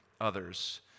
others